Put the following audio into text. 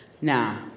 Now